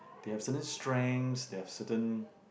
they have certain strengths they have certain